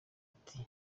ati